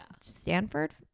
Stanford